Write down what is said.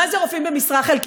מה זה רופאים במשרה חלקית.